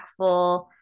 impactful